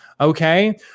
Okay